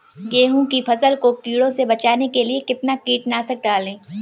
गेहूँ की फसल को कीड़ों से बचाने के लिए कितना कीटनाशक डालें?